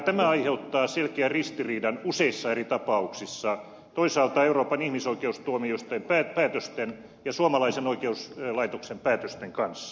tämä aiheuttaa selkeän ristiriidan useissa eri tapauksissa toisaalta euroopan ihmisoikeustuomioistuimen päätösten ja suomalaisen oikeuslaitoksen päätösten kanssa